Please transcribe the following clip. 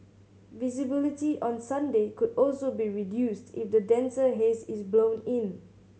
visibility on Sunday could also be reduced if the denser haze is blown in